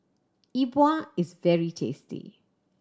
E Bua is very tasty